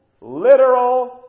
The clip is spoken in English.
literal